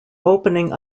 opening